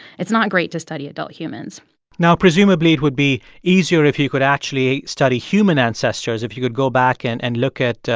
it's not great to study adult humans now, presumably, it would be easier if you could actually study human ancestors, if you could go back and and look at,